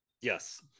Yes